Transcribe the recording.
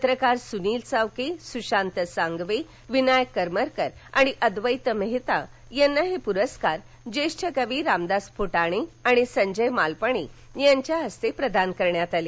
पत्रकार सुनील चावके सुशांत सांगवे विनायक करमरकर आणि अद्वेत मेहता यांना हे पुरस्कार ज्येष्ठ कवी रामदास फुटाणे आणि संजय मालपाणी यांच्या हस्ते प्रदान करण्यात आले